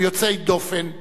הם יוצאי דופן,